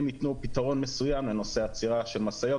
שהם יתנו פתרון מסוים לנושא עצירה של משאיות